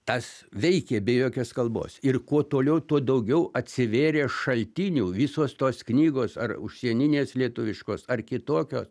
tas veikė be jokios kalbos ir kuo toliau tuo daugiau atsivėrė šaltinių visos tos knygos ar užsieninės lietuviškos ar kitokios